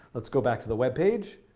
let's go back to the web page.